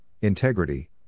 Integrity